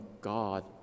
God